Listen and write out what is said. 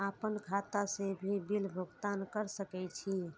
आपन खाता से भी बिल भुगतान कर सके छी?